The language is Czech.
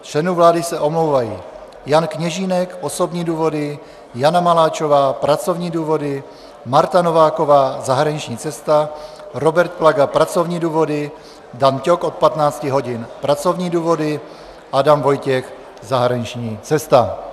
Z členů vlády se omlouvají: Jan Kněžínek osobní důvody, Jana Maláčová pracovní důvody, Marta Nováková zahraniční cesta, Robert Plaga pracovní důvody, Dan Ťok od 15 hodin pracovní důvody, Adam Vojtěch zahraniční cesta.